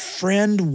friend